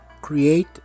create